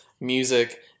music